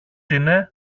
είναι